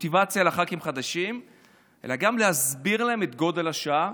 מוטיבציה לח"כים חדשים אלא גם להסביר להם את גודל השעה,